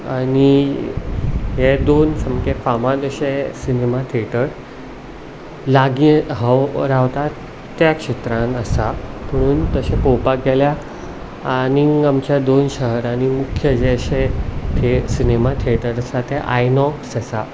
आनी हे दोन सामके फामाद अशे सिनेमा थिएटर लागीं हांव रावतां त्याच क्षेत्रांत आसा पुणून तशें पोवपाक गेल्यार आनीक आमच्या दोन शहरांनी जशे थिए सिनेमा थिएटर्स आसा ते आयनोक्स आसा